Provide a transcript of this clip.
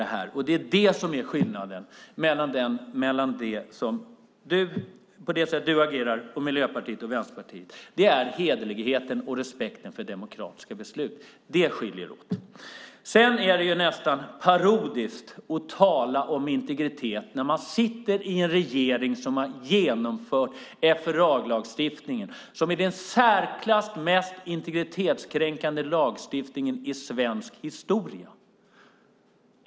Det är hederligheten och respekten för demokratiska beslut som skiljer ditt sätt att agera och Vänsterpartiet och Miljöpartiet åt. Det är nästan parodiskt att tala om integritet när man sitter i en regering som har genomfört FRA-lagstiftningen som är den i särklass mest integritetskränkande lagstiftningen i svensk historia.